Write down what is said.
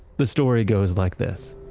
the story goes like this